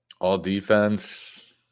All-Defense